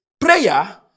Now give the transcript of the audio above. Prayer